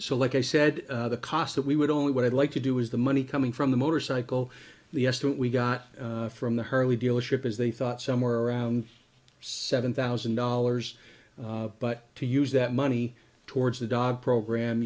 so like i said the cost that we would only what i'd like to do is the money coming from the motorcycle the estimate we got from the hurly dealership is they thought somewhere around seven thousand dollars but to use that money towards the dog program